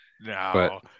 No